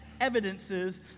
evidences